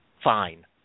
fine